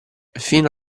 fino